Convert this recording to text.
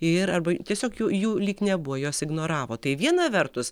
ir arba tiesiog jų lyg nebuvo jos ignoravo tai viena vertus